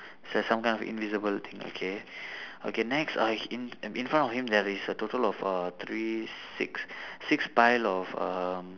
it's a some kind of invisible thing okay okay next uh in in front of him there is a total of uh three six six pile of um